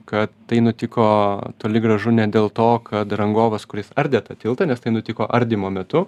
kad tai nutiko toli gražu ne dėl to kad rangovas kuris ardė tą tiltą nes tai nutiko ardymo metu